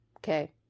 Okay